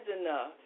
enough